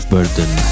Burden